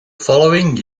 following